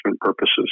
purposes